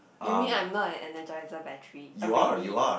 you mean I'm not an energiser battery already